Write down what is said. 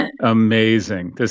amazing